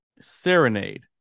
Serenade